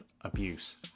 abuse